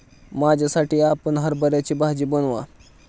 माझ्यासाठी आपण हरभऱ्याची भाजी बनवा